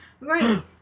Right